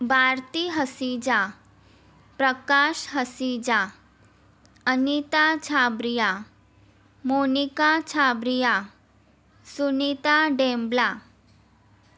Bharti Hasija Prakash Hasija Anita Chhabria Monika Chhabria Sunita Dembla